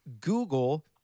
Google